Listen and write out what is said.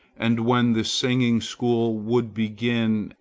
and when the singing-school would begin,